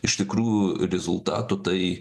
iš tikrų rezultatų tai